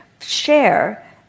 share